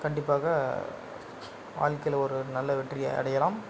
கண்டிப்பாக வாழ்க்கையில் ஒரு நல்ல வெற்றியை அடையலாம்